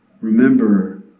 remember